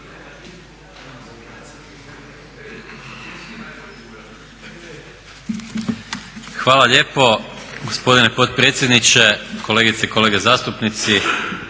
Hvala lijepo gospodine potpredsjedniče. Kolegice i kolege zastupnici.